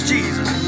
Jesus